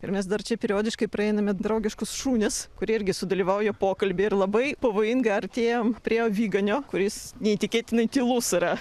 ir mes dar čia periodiškai praeiname draugiškus šunis kurie irgi sudalyvauja pokalby ir labai pavojingai artėjam prie aviganio kuris neįtikėtinai tylus yra